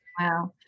Wow